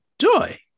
joy